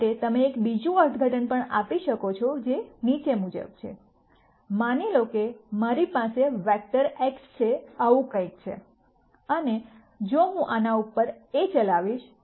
આ માટે તમે એક બીજું અર્થઘટન પણ આપી શકો છો જે નીચે મુજબ છે માની લો કે મારી પાસે વેક્ટર x છે આવું કંઈક છે અને જો હું આના પર A ચલાવીશ